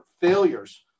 failures